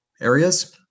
areas